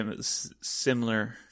similar